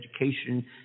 education